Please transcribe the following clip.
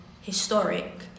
historic